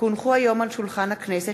כי הונחו היום על שולחן הכנסת,